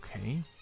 Okay